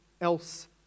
else